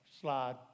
slide